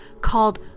called